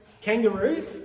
Kangaroos